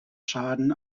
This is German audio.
schaden